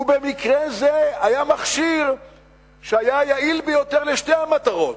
ובמקרה זה היה מכשיר שהיה יעיל ביותר לשתי המטרות,